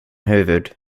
huvud